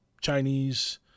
Chinese